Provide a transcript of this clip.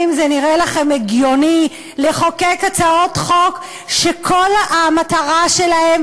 האם זה נראה לכם הגיוני לחוקק הצעות חוק שכל המטרה שלהן